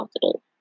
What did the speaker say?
positive